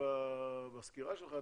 שתיארת בסקירה שלך,